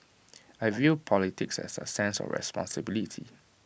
I view politics as A sense of responsibility